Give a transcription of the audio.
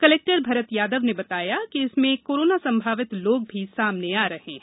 collector Bharat Yadav ने बताया इसमें कोरोना सम्भावित लोग भी सामने आ रहे हैं